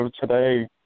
today